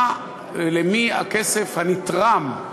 למי הכסף הנתרם,